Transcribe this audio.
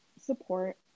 support